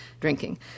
drinking